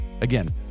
Again